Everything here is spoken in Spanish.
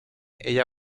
ella